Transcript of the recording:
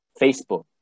Facebook